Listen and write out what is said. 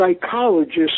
psychologists